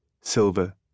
silver